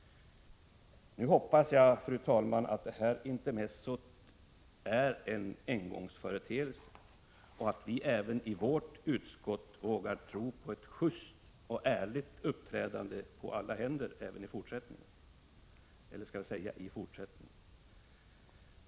Nu hoppas jag att det här intermezzot är en engångsföreteelse och att även vi i vårt utskott vågar tro på ett just och ärligt uppträdande på alla händer i fortsättningen.